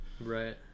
right